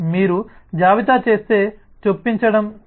మీరు జాబితా చేస్తే చొప్పించండి